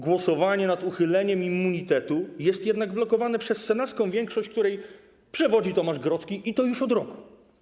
Głosowanie nad uchyleniem immunitetu jest jednak blokowane przez senacką większość, której przewodzi Tomasz Grodzki, i to już od roku.